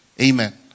Amen